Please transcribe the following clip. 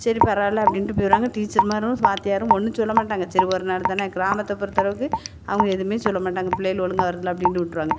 சரி பரவால்ல அப்படின்ட்டு போயிருவாங்க டீச்சர் மாரும் வாத்தியாரும் ஒன்றும் சொல்ல மாட்டாங்க சரி ஒரு நாள் தான கிராமத்தை பொருத்தளவுக்கு அவங்க எதுவுமே சொல்ல மாட்டாங்க பிள்ளைகள் ஒலுங்காக வருதுல்ல அப்படின்ட்டு விட்ருவாங்க